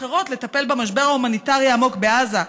אחרות לטפל במשבר ההומניטרי העמוק בעזה,